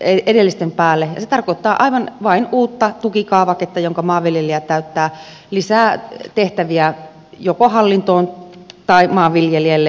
edellisten päälle ja se tarkoittaa vain uutta tukikaavaketta jonka maanviljelijä täyttää lisää tehtäviä joko hallintoon tai maanviljelijälle molemmille